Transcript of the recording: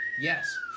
Yes